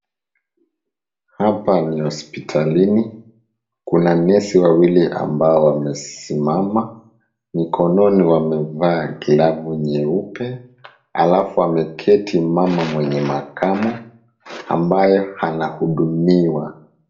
Hapa ni hosipitalini, Kuna nesi wawili ambao wamesimama, mkononi wamevaa glavu nyeupe, halafu ameketi mama mwenye makamo, ambaye anahudumiwa.